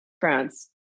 France